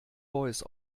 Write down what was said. voice